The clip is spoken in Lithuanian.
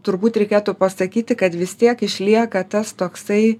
turbūt reikėtų pasakyti kad vis tiek išlieka tas toksai